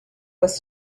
was